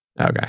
Okay